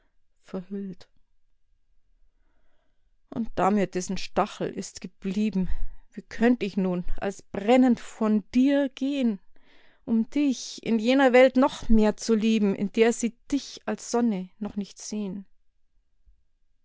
nur verhüllt und da mir dessen stachel ist geblieben wie könnt ich nun als brennend von dir gehn um dich in jener welt noch mehr zu lieben in der sie dich als sonne noch nicht sehn